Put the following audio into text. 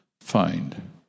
find